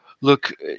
look